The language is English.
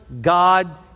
God